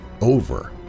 Over